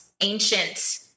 ancient